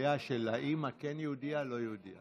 גם אימא שלו אמרה את זה.